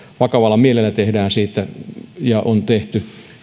vakavalla mielellä tehdään tätä ja on tehty